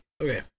Okay